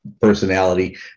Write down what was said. personality